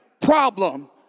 problem